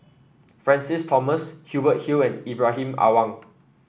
Francis Thomas Hubert Hill and Ibrahim Awang